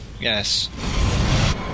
Yes